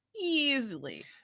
Easily